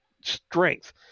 strength